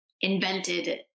invented